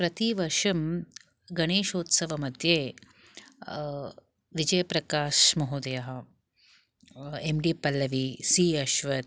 प्रतिवर्षं गणेशोत्सवमध्ये विजयप्रकाश् महोदयः M D Pallavi C Ashwath